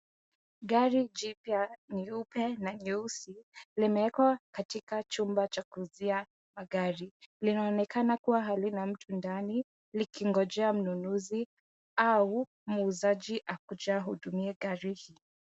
Gari jipya nyeupe na nyeusi limeekwa katika chumba cha kuuzia magari. Linaonekana kuwa halina mtu ndani likingojea mnunuzi au muuzaji akuje ahudumie gari hii.